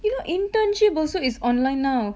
you know internship is also is online now